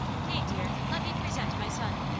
kate, dear, let me present my son.